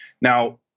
Now